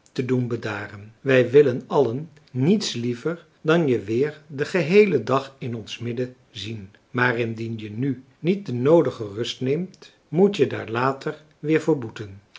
te doen bedaren wij willen allen niets liever dan je weer den geheelen dag in ons midden zien maar indien je nu niet de noodige rust neemt moet je daar later weer voor boeten